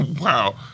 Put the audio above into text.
Wow